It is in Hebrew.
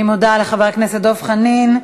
אני מודה לחבר הכנסת דב חנין.